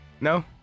No